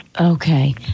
Okay